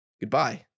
goodbye